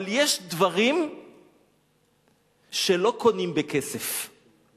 אבל יש דברים שלא קונים בכסף,